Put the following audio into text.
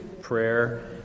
prayer